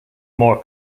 more